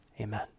Amen